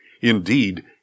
Indeed